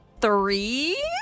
Three